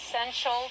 essential